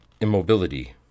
immobility